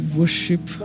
worship